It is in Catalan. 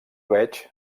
veig